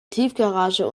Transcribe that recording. tiefgarage